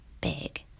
big